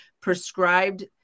prescribed